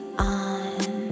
on